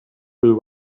will